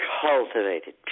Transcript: cultivated